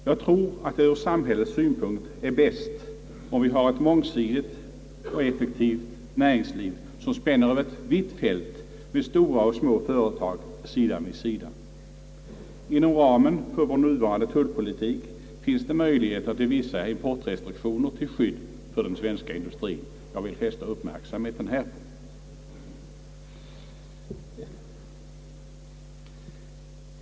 Jag tror att det ur samhällets synpunkt är bäst, om vi har ett mångsidigt, effektivt näringsliv som spänner Över ett vitt fält med stora och små företag sida vid sida. Inom ramen för vår nuvarande tullpolitik finns det möjligheter till vissa importrestriktioner till skydd för den svenska industrien. Jag vill fästa uppmärksamheten härpå.